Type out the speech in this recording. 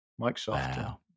Microsoft